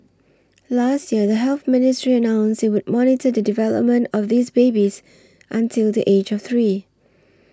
last year the Health Ministry announced it would monitor the development of these babies until the age of three